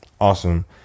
Awesome